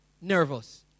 nervous